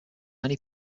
many